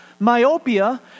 myopia